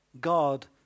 God